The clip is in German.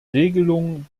regelung